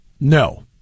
no